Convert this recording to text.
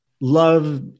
love